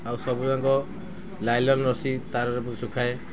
ଆଉ ସବୁଯାକ ଲାଇଲନ୍ ରଶି ତାରରେ ମୁଁ ଶୁଖାଏ